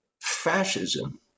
fascism